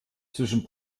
zwischen